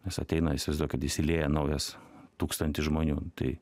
nes ateina įsivaizduokit įsilieja naujas tūkstantis žmonių tai